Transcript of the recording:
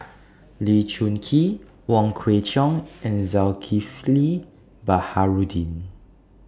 Lee Choon Kee Wong Kwei Cheong and Zulkifli Baharudin